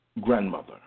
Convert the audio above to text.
grandmother